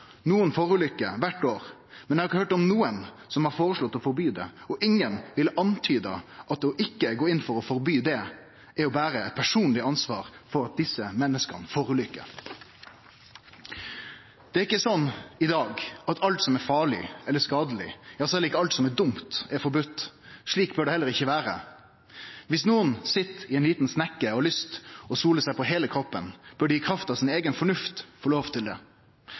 nokon forulykkar kvart år, men eg har ikkje høyrt om nokon som har føreslått å forby det, og ingen ville ha antyda at det ikkje å gå inn for å forby det, er å bere eit personleg ansvar for at desse menneska forulykkar. Det er ikkje slik i dag at alt som er farleg eller skadeleg, er forbode – ikkje eingong alt som er dumt, er det. Slik bør det heller ikkje vere. Dersom nokon sit i ei lita snekke og har lyst til å sole seg på heile kroppen, bør dei i kraft av si eiga fornuft få lov til det.